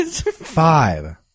Five